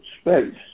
space